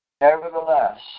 Nevertheless